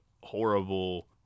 horrible